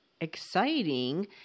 exciting